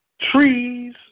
trees